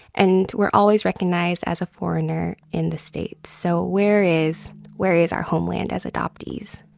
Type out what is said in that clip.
and we're always recognized as a foreigner in the states. so where is where is our homeland as adoptees?